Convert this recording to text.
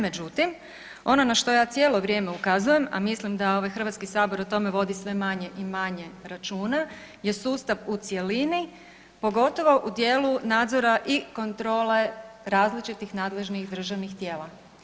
Međutim, ono na što ja cijelo vrijeme ukazujem, a mislim da ovaj HS o tome vodi sve manje i manje računa je sustav u cjelini, pogotovo u dijelu nadzora i kontrole različitih nadležnih državnih tijela.